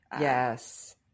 Yes